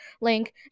link